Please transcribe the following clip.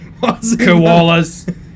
Koalas